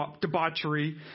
debauchery